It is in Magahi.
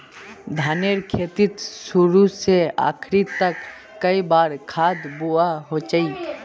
धानेर खेतीत शुरू से आखरी तक कई बार खाद दुबा होचए?